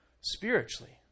spiritually